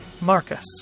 Marcus